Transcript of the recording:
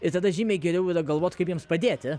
ir tada žymiai geriau yra galvot kaip jiems padėti